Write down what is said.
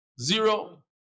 Zero